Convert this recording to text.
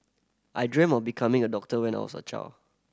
I dreamt of becoming a doctor when I was a child